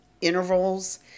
intervals